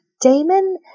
Damon